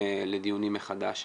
לגבי חלקן אנחנו חוזרים לדיונים מחדש.